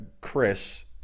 Chris